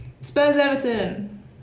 Spurs-Everton